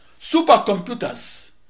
supercomputers